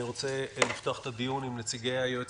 אני רוצה לפתוח את הדיון עם נציגי היועץ